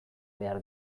behar